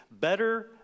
Better